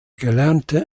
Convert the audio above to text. gelernte